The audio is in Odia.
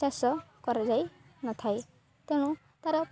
ଚାଷ କରାଯାଇ ନଥାଏ ତେଣୁ ତାର